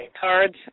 cards